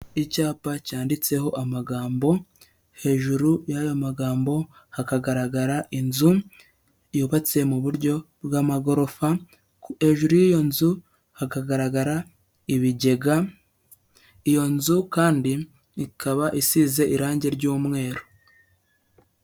Icyapa cyanditseho amagambo hejuru y'aya magambo hakagaragara inzu yubatse mu buryo bw'amagorofa, hejuru y'iyo nzu hakagaragara ibigega, iyo nzu kandi ikaba isize irange ry'umweru.